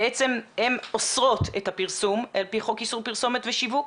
בעצם הן אוסרות את הפרסום על פי חוק איסור פרסומת ושיווק.